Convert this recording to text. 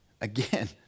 Again